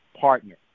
partner